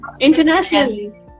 internationally